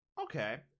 okay